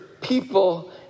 people